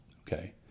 okay